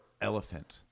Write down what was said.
elephant